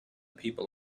people